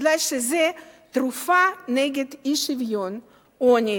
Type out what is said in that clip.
כי זה תרופה נגד אי-שוויון ועוני